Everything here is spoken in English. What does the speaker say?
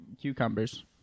cucumbers